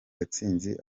gatsinzi